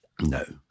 No